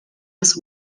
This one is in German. des